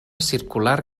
circular